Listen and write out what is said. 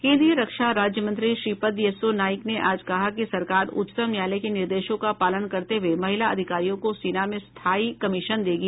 केन्द्रीय रक्षा राज्यमंत्री श्रीपद येस्सो नाइक ने आज कहा कि सरकार उच्चतम न्यायालय के निर्देशों का पालन करते हुए महिला अधिकारियों को सेना में स्थायी कमीशन देगी